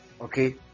okay